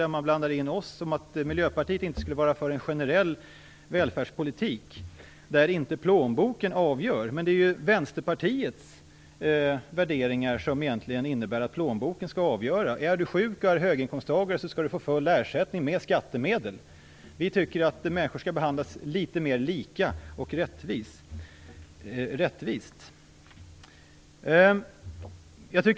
Där blandades vi in. Miljöpartiet skulle inte vara för en generell välfärdspolitik där inte plånboken avgör. Det är i stället Vänsterpartiets värderingar som egentligen innebär att plånboken skall avgöra. Är du sjuk och är höginkomsttagare, skall du få full ersättning - med skattemedel. Vi tycker att människor skall behandlas litet mera lika och rättvist.